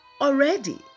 already